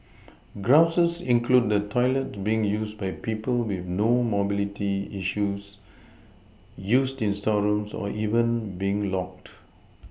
grouses include the toilets being used by people with no mobility issues used as storerooms or even being locked